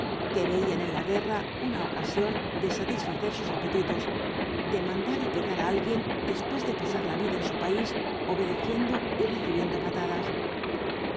que veían en la guerra una ocasión de satisfacer sus apetitos de mandar y pegar á alguien después de pasar la vida en su país obedeciendo y recibiendo patadas